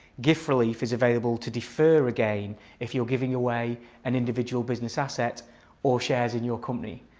gift relief is available to defer a gain if you're giving away an individual business asset or shares in your company.